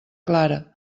clara